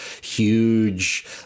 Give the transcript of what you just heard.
huge